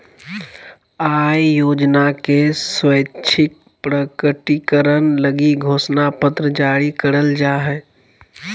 आय योजना के स्वैच्छिक प्रकटीकरण लगी घोषणा पत्र जारी करल जा हइ